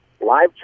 live